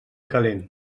calent